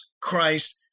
Christ